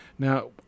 Now